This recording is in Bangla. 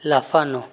লাফানো